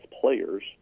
players